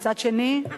מצד שני,